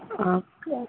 okay